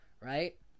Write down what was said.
right